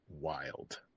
wild